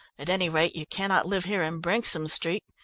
at any rate, you cannot live here in brinksome street,